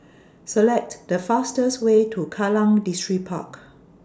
Select The fastest Way to Kallang Distripark